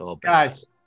Guys